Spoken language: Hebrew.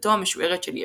לידתו המשוערת של ישו.